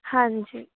ਹਾਂਜੀ